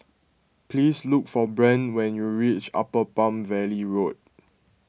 please look for Brandt when you reach Upper Palm Valley Road